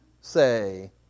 say